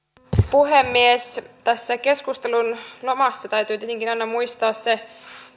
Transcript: puhemies tässä keskustelun lomassa täytyy tietenkin aina muistaa se